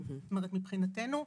מבחינתנו,